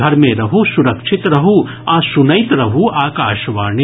घर मे रहू सुरक्षित रहू आ सुनैत रहू आकाशवाणी